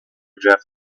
draft